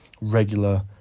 regular